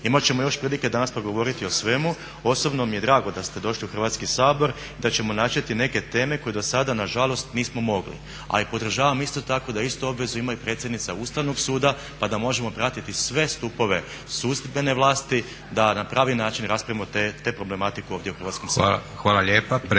Imat ćemo još prilike danas progovoriti o svemu. Osobno mi je drago da ste došli u Hrvatski sabor i da ćemo načeti neke teme koje do sada nažalost nismo mogli. A i podržavam isto tako da istu obvezu ima i predsjednica Ustavnog suda pa da možemo pratiti sve stupove sudbene vlasti da na pravi način raspravimo tu problematiku ovdje u Hrvatskom saboru.